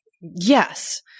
yes